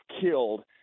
killed